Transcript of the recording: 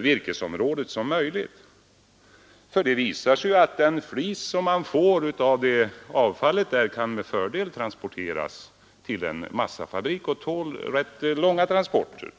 virkesområdet som möjligt. Det visar sig att den flis man får av avfallet med fördel kan transporteras till en massafabrik, den tål ganska långa transporter.